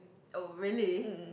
oh really